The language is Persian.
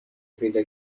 پیدا